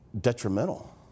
detrimental